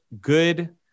good